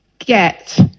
get